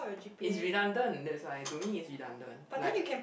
it's redundant that's why to me it's redundant like